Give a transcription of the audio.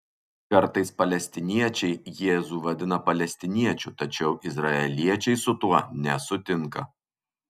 kartais palestiniečiai jėzų vadina palestiniečiu tačiau izraeliečiai su tuo nesutinka